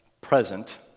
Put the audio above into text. present